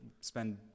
spend